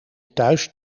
thuis